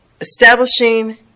establishing